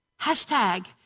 hashtag